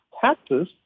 taxes